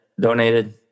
donated